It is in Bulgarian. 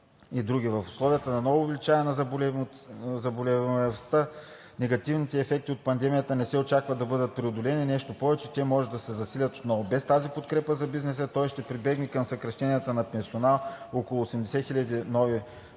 В условията на ново увеличаване на заболеваемостта негативните ефекти от пандемията не се очаква да бъдат преодолени, нещо повече – те може да се засилят отново. Без тази подкрепа за бизнеса той ще прибегне към съкращения на персонал – около 80 000 нови